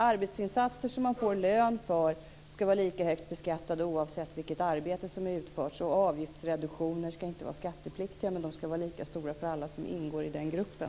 Arbetsinsatser som man får lön för skall vara lika högt beskattade oavsett vilket arbete som är utfört, och avgiftsreduktioner skall inte vara skattepliktiga men lika stora för alla som ingår i den gruppen.